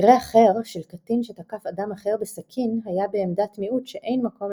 במקרה אחר של קטין שתקף אדם אחר בסכין היה בעמדת מיעוט שאין מקום